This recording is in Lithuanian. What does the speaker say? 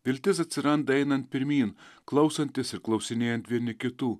viltis atsiranda einant pirmyn klausantis ir klausinėjant vieni kitų